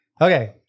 Okay